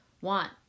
want